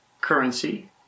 currency